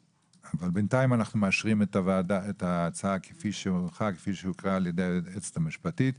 בינתיים אנו מאשרים את ההצעה כפי שהוקראה על ידי היועצת המשפטית.